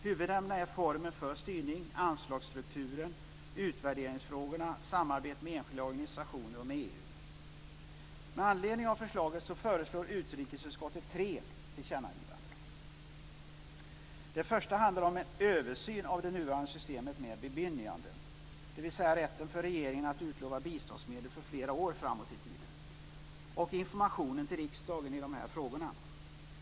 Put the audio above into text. Huvudämnena är formen för styrning, anslagsstrukturen, utvärderingsfrågorna och samarbetet med enskilda organisationer och EU. Med anledning av förslaget föreslår utrikesutskottet tre tillkännagivanden. Det första handlar om en översyn av det nuvarande systemet med bemyndiganden, dvs. rätten för regeringen att utlova biståndsmedel för flera år framåt i tiden och informationen till riksdagen i de här frågorna.